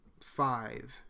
Five